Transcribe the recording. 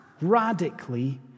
radically